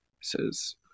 says